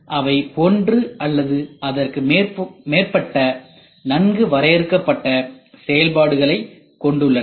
அவை ஒன்று அல்லது அதற்கு மேற்பட்ட நன்கு வரையறுக்கப்பட்ட செயல்பாடுகளைக் கொண்டுள்ளன